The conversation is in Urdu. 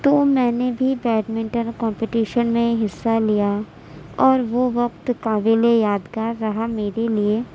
تو میں نے بھی بیڈ منٹن كومپٹیشن میں حصّہ لیا اور وہ وقت قابلِ یادگار رہا میرے لیے